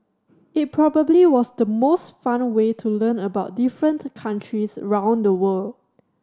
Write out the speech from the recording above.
it probably was the most fun way to learn about different countries round the world